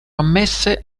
ammesse